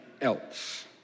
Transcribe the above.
else